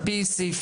על פי סעיפים,